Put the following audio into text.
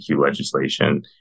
legislation